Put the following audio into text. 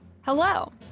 Hello